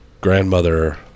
Grandmother